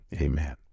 Amen